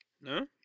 No